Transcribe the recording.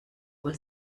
wohl